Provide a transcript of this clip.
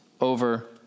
over